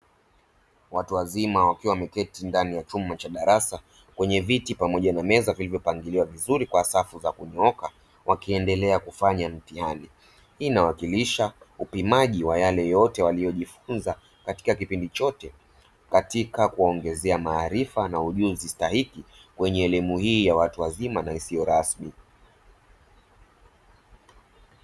Watu wazima wakiwa wameketi ndani ya chumba cha darasa, kwenye viti pamoja na meza vilivyopangiliwa vizuri kwa safu za kunyooka, wakiendelea kufanya mtihani; inawakilisha upimaji wa yale yote waliojifunza katika kipindi chote, katika kuongezea maarifa na ujuzi stahiki katika elimu hii ya watu wazima na isiyo rasmi.